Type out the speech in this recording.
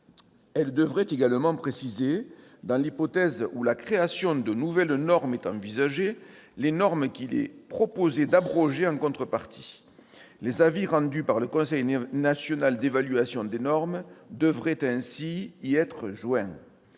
Elles devront également préciser, dans l'hypothèse où la création de nouvelles normes est envisagée, les normes qu'il est proposé d'abroger en contrepartie. Les avis rendus par le CNEN devront ainsi y être joints.